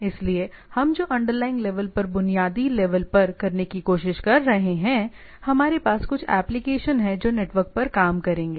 इसलिए हम जो अंडरलाइनग लेवल पर बुनियादी लेवल पर करने की कोशिश कर रहे हैं हमारे पास कुछ एप्लिकेशन हैं जो नेटवर्क पर काम करेंगे